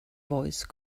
voice